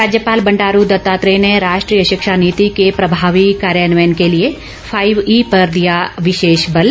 राज्यपाल बंडारू दत्तात्रेय ने राष्ट्रीय शिक्षा नीति के प्रभावी कार्यान्वयन के लिए फाईव ई पर दिया विशेष बल